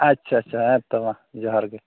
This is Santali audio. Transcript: ᱟᱪᱪᱷᱟ ᱪᱷᱟ ᱦᱮᱸ ᱛᱳ ᱢᱟ ᱡᱚᱦᱟᱨ ᱜᱮ